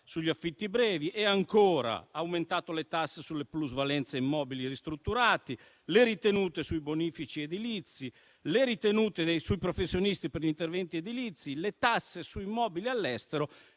sugli affitti brevi. Ancora, avete aumentato le tasse sulle plusvalenze sugli immobili ristrutturati; le ritenute sui bonifici edilizi; le ritenute sui professionisti per gli interventi edilizi; le tasse su immobili all'estero